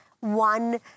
one